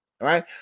right